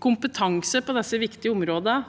kompetanse på disse viktige områdene